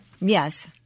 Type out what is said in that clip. yes